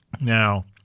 now